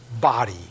body